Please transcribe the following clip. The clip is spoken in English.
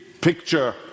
picture